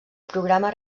programa